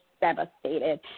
devastated